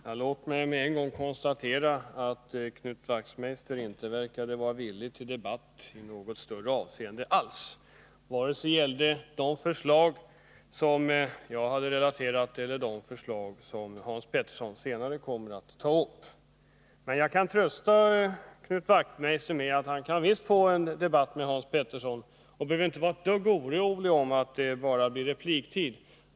Herr talman! Låt mig med en gång konstatera att Knut Wachtmeister inte verkade vara villig till debatt i någon större omfattning vare sig om de förslag jag relaterat eller de förslag Hans Petersson senare kommer att ta upp. Men jag kan trösta Knut Wachtmeister med att han visst kan få en debatt med Hans Petersson. Han behöver inte vara ett dugg orolig för att det bara skall bli normal repliktid.